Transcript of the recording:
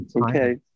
okay